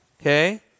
okay